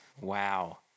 Wow